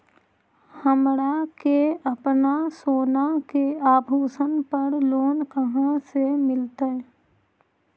हमरा के अपना सोना के आभूषण पर लोन कहाँ से मिलत?